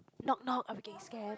knock knock I'm getting scared